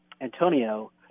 Antonio